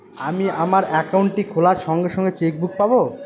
আমি আমার একাউন্টটি খোলার সঙ্গে সঙ্গে চেক বুক পাবো?